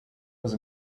was